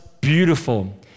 beautiful